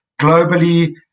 globally